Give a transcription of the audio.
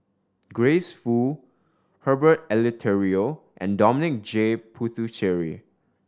Grace Fu Herbert Eleuterio and Dominic J Puthucheary